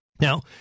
Now